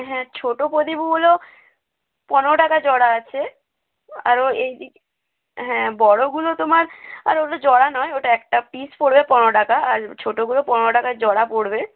হ্যাঁ ছোট প্রদীপগুলো পনেরো টাকা জোড়া আছে আর ও এই দিক হ্যাঁ বড়গুলো তোমার আর ওগুলো জোড়া নয় ওটা একটা পিস পড়বে পনেরো টাকা আর ছোটগুলো পনেরো টাকা জোড়া পড়বে